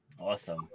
Awesome